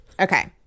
Okay